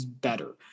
better